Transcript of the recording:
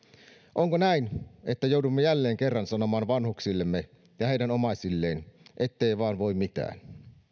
onko näin että joudumme jälleen kerran sanomaan vanhuksillemme ja heidän omaisilleen ettei vaan voi mitään